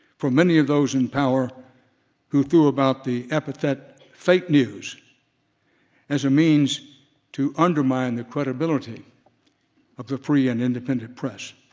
from many of those in power who threw about the epithet fake news as a means to undermine the credibility of the free and independent press.